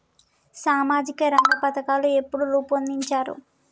సామాజిక రంగ పథకాలు ఎప్పుడు రూపొందించారు?